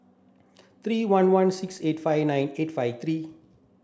three one one six eight five nine eight five three